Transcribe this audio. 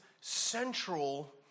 central